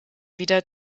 wieder